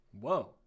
whoa